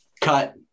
Cut